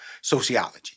sociology